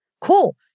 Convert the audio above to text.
Cool